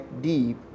deep